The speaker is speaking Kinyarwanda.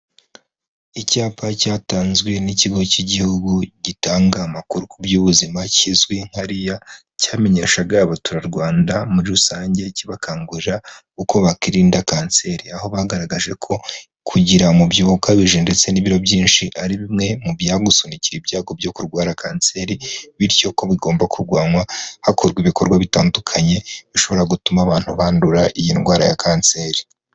Icyapa cyatanzwe n'ikigo cy'igihugu gitanga amakuru ku by'ubuzima kizwi nka RHIA cyamenyeshaga abaturarwanda muri rusange kibakangurira uko bakirinda kanseri. Aho bagaragaje ko kugira umubyiho ukabije ndetse n'ibiro byinshi ari bimwe mu byamusunikira ibyago byo kurwara kanseri bityo ko bigomba kurwanywa hakorwa ibikorwa bitandukanye bishobora gutuma abantu bandura iyi ndwara ya kanseri.